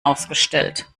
ausgestellt